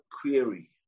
query